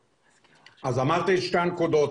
אמרתי את שתי הנקודות.